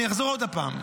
אני אחזור עוד הפעם.